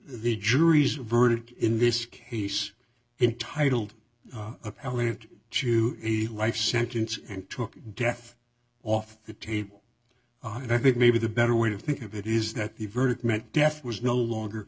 the jury's verdict in this case intitled i went to a life sentence and took death off the table and i think maybe the better way to think of it is that the verdict meant death was no longer